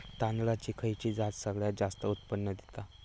तांदळाची खयची जात सगळयात जास्त उत्पन्न दिता?